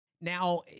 Now